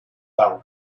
town